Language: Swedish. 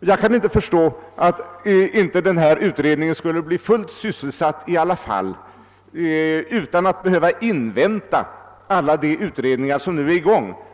Jag kan inte förstå att inte den begärda utredningen skulle bli fullt sysselsatt utan att invänta alla de utredningar som nu är i gång.